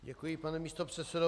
Děkuji, pane místopředsedo.